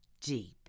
deep